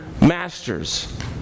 masters